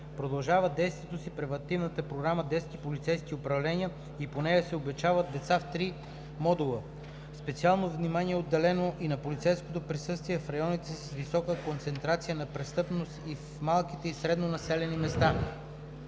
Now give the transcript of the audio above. Продължава действието си превантивната програма „Детски полицейски управления“ и по нея се обучават деца в три модула. Специално внимание е отделено и на полицейското присъствие в районите с висока концентрация на престъпност и в малките и средно населени места.